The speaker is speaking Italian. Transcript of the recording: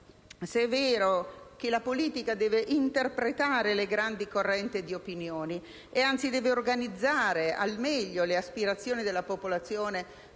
poi citerò, che la politica deve interpretare le grandi correnti di opinione, e anzi deve organizzare al meglio le aspirazioni della popolazione,